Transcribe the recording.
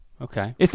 Okay